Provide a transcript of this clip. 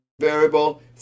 variable